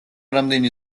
რამდენი